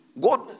God